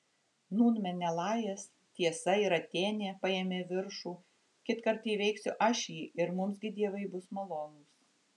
nūn menelajas tiesa ir atėnė paėmė viršų kitkart įveiksiu aš jį ir mums gi dievai bus malonūs